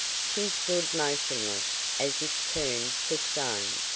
she stood motionless, as if turned to stone.